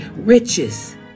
riches